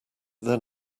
then